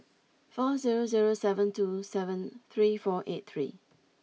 four zero zero seven two seven three four eight three